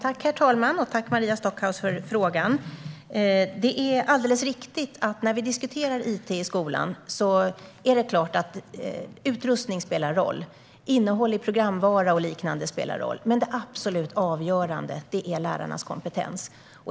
Herr talman! Tack, Maria Stockhaus, för frågan! Det är alldeles riktigt, när vi diskuterar it i skolan, att det är klart att utrustning, innehåll i programvara och liknande spelar roll. Men det absolut avgörande är lärarnas kompetens.